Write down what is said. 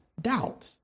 doubt